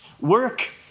Work